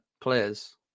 players